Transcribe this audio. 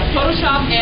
Photoshop